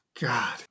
God